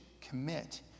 commit